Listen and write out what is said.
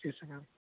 फिर से मैम